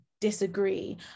disagree